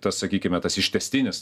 tas sakykime tas ištęstinis